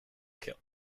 killed